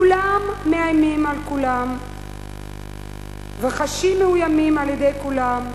כולם מאיימים על כולם וחשים מאוימים על-ידי כולם,